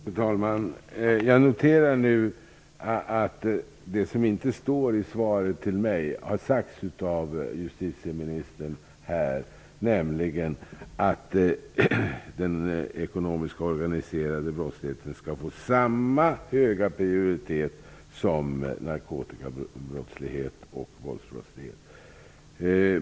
Fru talman! Jag noterar nu att det som inte står i svaret till mig nu har sagts, nämligen att den ekonomiska organiserade brottsligheten skall få samma höga prioritet som narkotikabrottslighet och våldsbrottslighet.